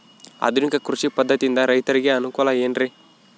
ಆಧುನಿಕ ಕೃಷಿ ಪದ್ಧತಿಯಿಂದ ರೈತರಿಗೆ ಅನುಕೂಲ ಏನ್ರಿ?